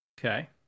Okay